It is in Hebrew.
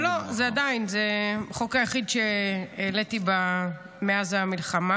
לא, זה החוק היחיד שהעליתי מאז המלחמה.